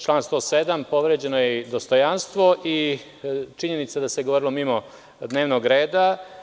Član 106. i član 107. povređeno je i dostojanstvo i činjenica da se govorilo mimo dnevnog reda.